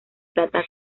plata